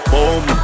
Boom